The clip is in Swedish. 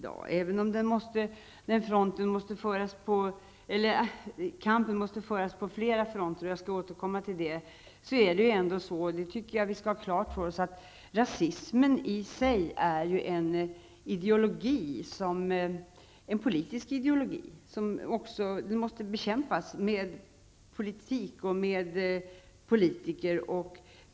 Även om kampen måste föras på flera fronter -- jag skall senare återkomma till det -- skall vi ha klart för oss att rasismen i sig är en politisk ideologi som måste bekämpas med politiska medel av politiker.